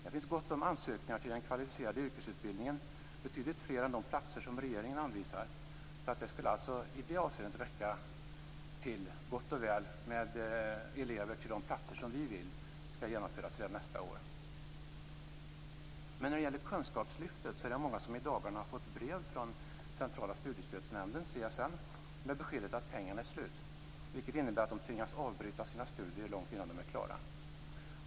Det finns gott om ansökningar till den kvalificerade yrkesutbildningen, betydligt fler än till de platser som regeringen anvisar. I det avseendet skulle eleverna gott och väl räcka till de platser som vi vill skall införas redan nästa år. När det gäller kunskapslyftet är det många som i dagarna fått brev från Centrala studiestödsnämnden, CSN, med beskedet att pengarna är slut, vilket innebär att de tvingas avbryta sina studier långt innan de är klara.